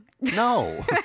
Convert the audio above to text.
No